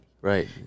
Right